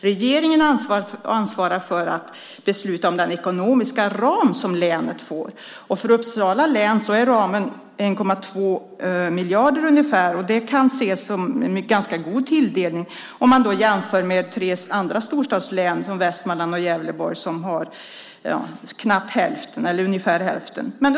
Regeringen ansvarar för att besluta om den ekonomiska ramen för länet, och för Uppsala län är ramen ungefär 1,2 miljarder. Det kan anses som en ganska god tilldelning om man jämför med två andra storstadslän, Västmanland och Gävleborg, som har ungefär hälften.